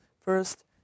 First